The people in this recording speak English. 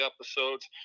episodes